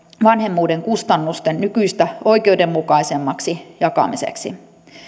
vanhemmuuden kustannusten nykyistä oikeudenmukaisemmaksi jakamiseksi